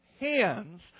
hands